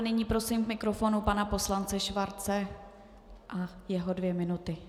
Nyní prosím k mikrofonu pana poslance Schwarze, jeho dvě minuty.